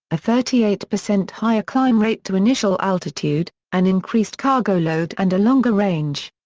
a thirty eight percent higher climb rate to initial altitude, an increased cargo load and a longer range.